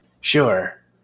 Sure